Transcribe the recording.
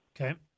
Okay